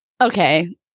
Okay